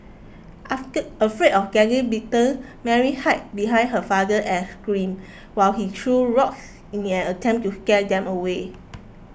afraid of getting bitten Mary hid behind her father and scream while he threw rocks in an attempt to scare them away